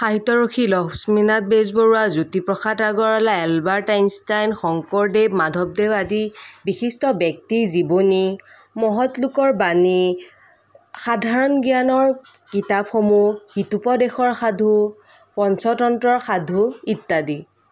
সাহিত্যৰথী Lakshminath Bezbaruah Jyotiprasad Agarwala Albert Einstein Sankardev মাধৱদেৱ আদি বিশিষ্ট ব্যক্তিৰ জীৱনী মহৎ লোকৰ বাণী সাধাৰণ জ্ঞানৰ কিতাপসমূহ হিতোপদেশৰ সাধু পঞ্চতন্ত্ৰৰ সাধু ইত্যাদি